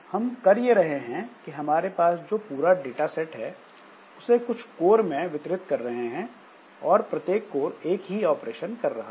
हम कर ये रहे हैं कि हमारे पास जो पूरा डाटा सेट है उसे कुछ कोर में वितरित कर रहे हैं और प्रत्येक कोर एक ही ऑपरेशन कर रहा है